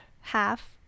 half